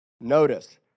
Notice